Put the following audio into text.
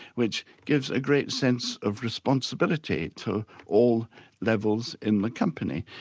which gives a great sense of responsibility to all levels in the company.